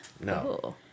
No